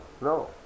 No